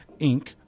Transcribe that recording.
Inc